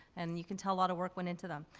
and you can tell a lot of work went into them.